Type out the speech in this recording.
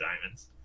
Diamonds